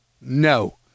No